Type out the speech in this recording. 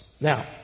Now